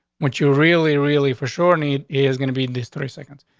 what you're really, really for sure need is gonna be in this three seconds.